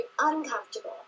uncomfortable